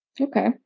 okay